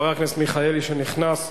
חבר הכנסת מיכאלי, שנכנס באיחור,